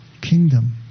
kingdom